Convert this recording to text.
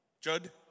Judd